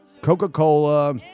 Coca-Cola